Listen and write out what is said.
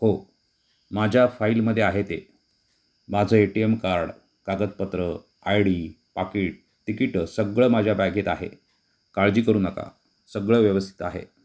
हो माझ्या फाईलमध्ये आहे ते माझं ए टी एम कार्ड कागदपत्रं आय डी पाकीट तिकीटं सगळं माझ्या बॅगेत आहे काळजी करू नका सगळं व्यवस्थित आहे